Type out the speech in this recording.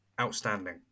Outstanding